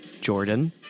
Jordan